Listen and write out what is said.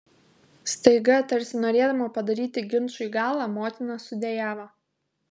staiga tarsi norėdama padaryti ginčui galą motina sudejavo